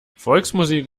volksmusik